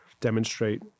demonstrate